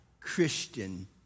Christian